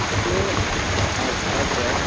ସେ ଆମର୍ ଭାରତ୍ର